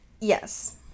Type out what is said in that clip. Yes